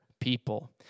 people